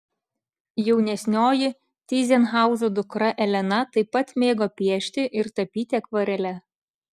jaunesnioji tyzenhauzų dukra elena taip pat mėgo piešti ir tapyti akvarele